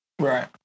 Right